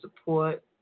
support